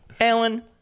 alan